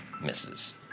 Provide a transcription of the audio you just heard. misses